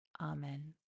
Amen